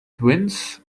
twins